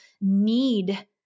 need